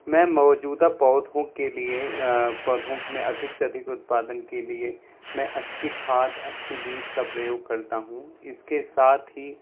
मैं मौजूदा पौधों के लिए पौधों में अधिक से अधिक उत्पादन के लिए मैं अच्छी खाद अच्छे बीज का प्रयोग करता हूँ इसके साथ ही